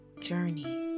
journey